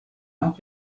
auch